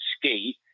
skate